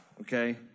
okay